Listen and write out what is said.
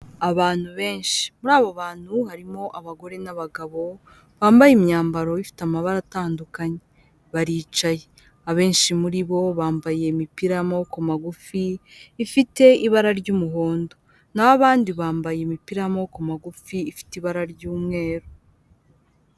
Abantu benshi muri abo bantu harimo abagore n'abagabo bambaye imyambaro ifite amabara atandukanye, baricaye abenshi muri bo bambaye imipira y'amaboko magufi ifite ibara ry'umuhondo, naho abandi bambaye imipira y'amaboko magufi ifite ibara ry'umweru.